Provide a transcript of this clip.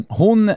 hon